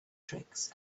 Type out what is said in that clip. tricks